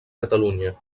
catalunya